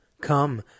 Come